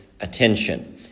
attention